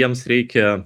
jiems reikia